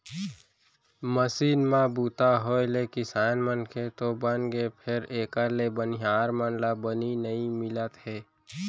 machine म बूता होय ले किसान मन के तो बनगे फेर एकर ले बनिहार मन ला बनी नइ मिलत हे